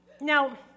Now